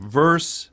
verse